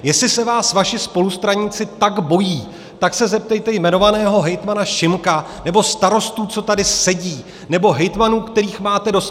Jestli se vás vaši spolustraníci tak bojí, tak se zeptejte jmenovaného hejtmana Šimka nebo starostů, co tady sedí, nebo hejtmanů, kterých máte dost.